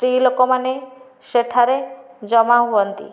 ସ୍ତ୍ରୀ ଲୋକମାନେ ସେଠାରେ ଜମା ହୁଅନ୍ତି